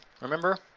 remember